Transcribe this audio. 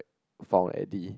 found at the